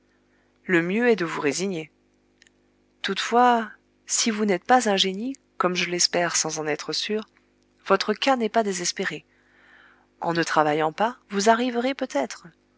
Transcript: le mieux est de vous résigner toutefois si vous n'êtes pas un génie comme je l'espère sans en être sûr votre cas n'est pas désespéré en ne travaillant pas vous arriverez peut-être